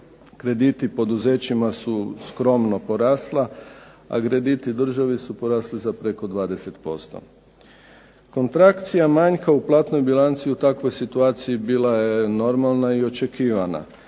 krediti poduzećima su skromno porasli, a krediti državi su porasli za preko 20%. Kontrakcija manjka u platnoj bilanci u takvoj situaciji bila je normalna i očekivana.